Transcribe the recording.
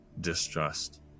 distrust